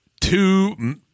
two